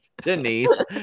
Denise